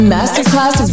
Masterclass